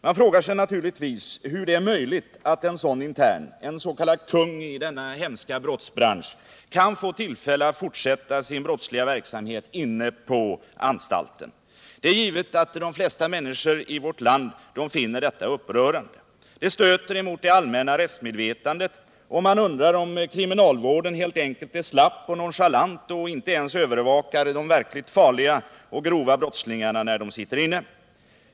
Man frågar sig naturligtvis hur det är möjligt att en sådan intern, en s.k. kung i denna hemska brottsbransch, kan få tillfälle att fortsätta sin brottsliga verksamhet inne på anstalten. Det är givet att de flesta människor i vårt land finner detta upprörande. Det är stötande för det allmänna rättsmedvetandet, och man undrar om kriminalvården helt enkelt är slapp och nonchalant och inte ens övervakar de verkligt farliga brottslingarna.